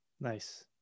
Nice